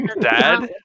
Dad